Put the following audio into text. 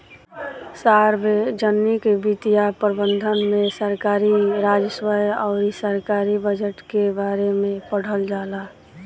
सार्वजनिक वित्तीय प्रबंधन में सरकारी राजस्व अउर सरकारी बजट के बारे में पढ़ल जाला